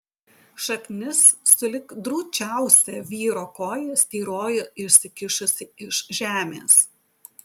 šaknis sulig drūčiausia vyro koja styrojo išsikišusi iš žemės